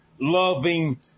Loving